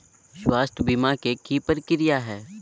स्वास्थ बीमा के की प्रक्रिया है?